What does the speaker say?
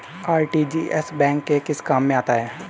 RTGS bank के किस काम में आता है?